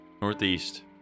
Northeast